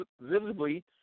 visibly